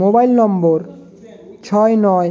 mobile number ছয় নয়